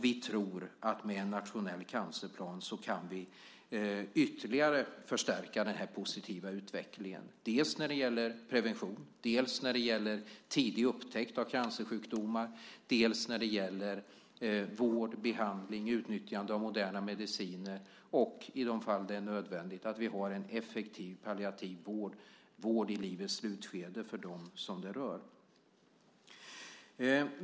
Vi tror att med en nationell cancerplan kan vi ytterligare förstärka den positiva utvecklingen när det gäller dels prevention, dels tidig upptäckt, dels vård, behandling och utnyttjande av moderna mediciner. I de fall det är nödvändigt ska vi ha en effektiv palliativ vård, vård i livets slutskede, för dem som det rör.